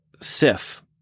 Sif